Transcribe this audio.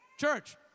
church